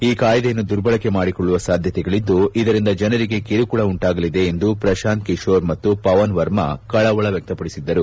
ಈ ಕಾಯ್ದೆಯನ್ನು ದುರ್ಬಳಕೆ ಮಾಡಿಕೊಳ್ಳುವ ಸಾಧ್ಯತೆಗಳಿದ್ದು ಇದರಿಂದ ಜನರಿಗೆ ಕಿರುಕುಳ ಉಂಟಾಗಲಿದೆ ಎಂದು ಪ್ರಶಾಂತ್ ಕಿಶೋರ್ ಮತ್ತು ಪವನ್ ವರ್ಮಾ ಕಳವಳ ವ್ಯಕ್ತಪಡಿಸಿದ್ದರು